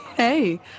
Hey